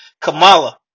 Kamala